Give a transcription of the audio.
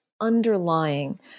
underlying